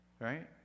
Right